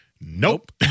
nope